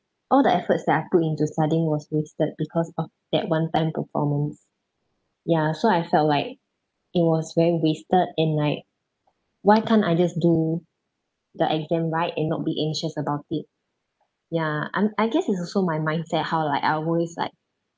all the efforts that I put into studying was wasted because of that one time performance ya so I felt like it was very wasted and like why can't I just do the exam right and not be anxious about it ya I'm I guess it's also my mindset how like I always like